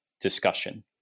discussion